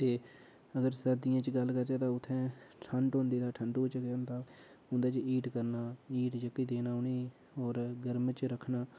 ते अगर सर्दियें च गल्ल करचै तां उत्थै ठंड होंदी ते ठण्डू च केह् होंदा उं'दे च हीट करना जेह्की देना उ'नेंगी होर गर्म च रक्खना